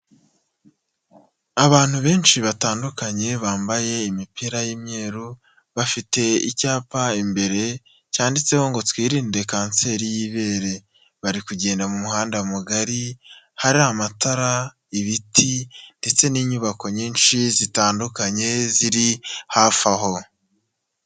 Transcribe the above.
Abantu benshi batandukanye bambaye imipira y'imyeru, bafite icyapa imbere cyanditseho ngo twirinde kanseri y'ibere, bari kugenda mu muhanda mugari hari amatara ibiti ndetse n'inyubako nyinshi zitandukanye ziri hafi aho.